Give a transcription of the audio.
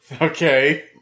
Okay